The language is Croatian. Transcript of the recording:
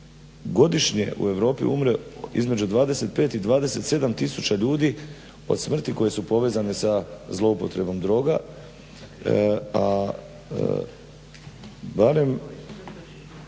godišnje u Europi umre između 25 i 17 tisuća ljudi od smrti koje su povezane sa zloupotrebom droga.